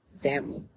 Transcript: family